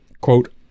quote